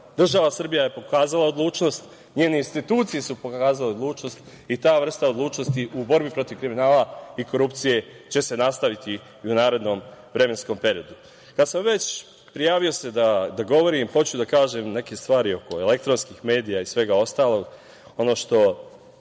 Srbija je pokazala odlučnost, njene institucije su pokazale odlučnost i ta vrsta odlučnosti u borbi protiv kriminala i korupcije će se nastaviti i u narednom vremenskom periodu. Kad sam se već prijavio da govorim, hoću da kažem neke stvari oko elektronskih medija i svega ostalog,